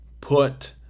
put